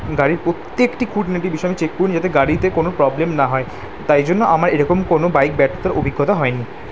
গাড়ির প্রত্যেকটি খুঁটিনাটি বিষয় আমি চেক করি নিই যাতে গাড়িতে কোনো প্রবলেম না হয় তাই জন্য আমার এরকম কোনো বাইক ব্যর্থ অভিজ্ঞতা হয় নি